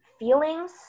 Feelings